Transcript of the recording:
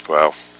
Wow